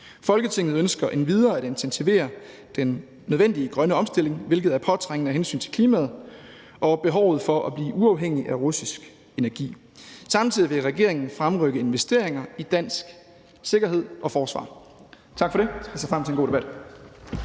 Folketinget ønsker endvidere at intensivere den nødvendige grønne omstilling, hvilket er påtrængende af hensyn til klimaet og behovet for at blive uafhængig af russisk energi. Samtidig vil regeringen fremrykke investeringerne i dansk sikkerhed og forsvar.«